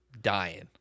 Dying